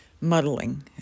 muddling